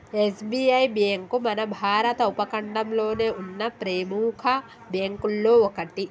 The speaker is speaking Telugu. ఎస్.బి.ఐ బ్యేంకు మన భారత ఉపఖండంలోనే ఉన్న ప్రెముఖ బ్యేంకుల్లో ఒకటి